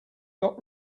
got